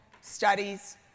studies